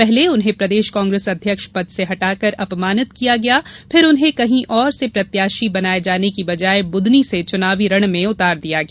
पहले उन्हें प्रदेश कांग्रेस अध्यक्ष पद से हटाकर अपमानित किया गया फिर उन्हे कहीं ओर से प्रत्याशी बनाये जाने की बजाय बुदनी से चुनावी रण में उतार दिया गया